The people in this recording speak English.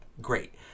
great